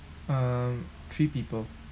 uh three people